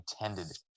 intended